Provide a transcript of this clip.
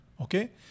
Okay